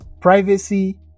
privacy